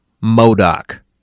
Modoc